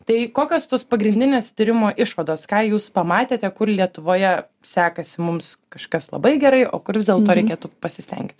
tai kokios tos pagrindinės tyrimo išvados ką jūs pamatėte kur lietuvoje sekasi mums kažkas labai gerai o kur vis dėlto reikėtų pasistengti